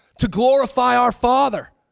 to glorify our father.